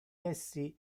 essi